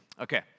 Okay